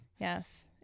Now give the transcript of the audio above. Yes